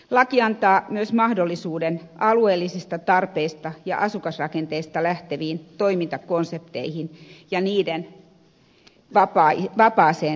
laki antaa myös mahdollisuuden alueellisista tarpeista ja asukasrakenteista lähteviin toimintakonsepteihin ja niiden vapaaseen rakentamiseen